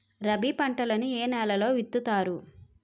రబీ పంటలను ఏ నెలలో విత్తుతారు?